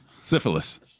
Syphilis